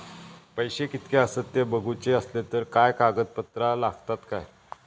पैशे कीतके आसत ते बघुचे असले तर काय कागद पत्रा लागतात काय?